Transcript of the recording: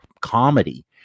comedy